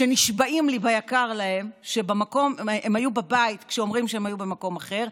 שנשבעים לי ביקר להם שהם היו בבית כשאומרים שהם היו במקום אחר,